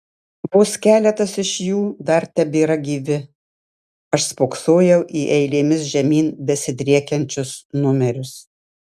vos keletas iš jų dar tebėra gyvi aš spoksojau į eilėmis žemyn besidriekiančius numerius